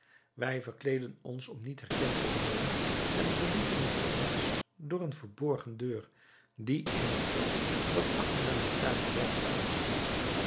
wij verkleedden ons om niet herkend te worden en verlieten het paleis door eene verborgen deur die in het veld dat achter aan den tuin grensde uitkwam